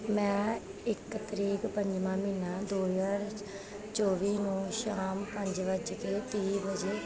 ਮੈਂ ਇੱਕ ਤਰੀਕ ਪੰਜਵਾਂ ਮਹੀਨਾ ਦੋ ਹਜ਼ਾਰ ਚੋਵੀ ਨੂੰ ਸ਼ਾਮ ਪੰਜ ਵੱਜ ਕੇ ਤੀਹ ਵਜੇ